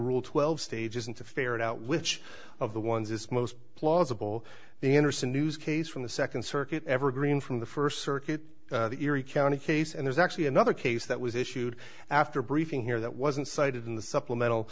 rule twelve stages and to ferret out which of the ones is most plausible the interesting news case from the second circuit evergreen from the first circuit the erie county case and there's actually another case that was issued after a briefing here that wasn't cited in the supplemental